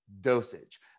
dosage